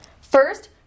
First